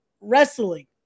wrestling